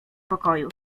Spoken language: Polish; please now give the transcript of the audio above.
pokoju